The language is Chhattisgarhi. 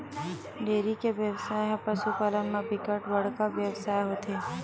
डेयरी के बेवसाय ह पसु पालन म बिकट बड़का बेवसाय होथे